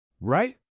Right